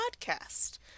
podcast